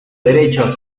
derecho